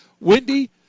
Wendy